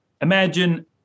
imagine